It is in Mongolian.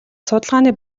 судалгааны